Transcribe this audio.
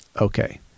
okay